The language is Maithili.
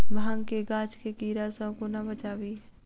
भांग केँ गाछ केँ कीड़ा सऽ कोना बचाबी?